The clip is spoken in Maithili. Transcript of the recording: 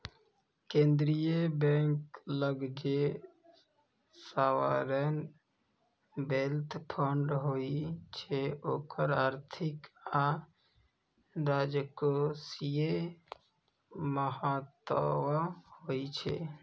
केंद्रीय बैंक लग जे सॉवरेन वेल्थ फंड होइ छै ओकर आर्थिक आ राजकोषीय महत्व होइ छै